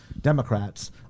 Democrats